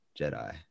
Jedi